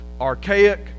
archaic